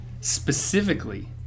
specifically